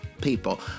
people